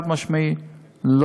חד-משמעית,